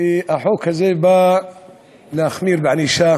חברי חברי הכנסת, החוק הזה בא להחמיר בענישה